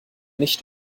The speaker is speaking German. nicht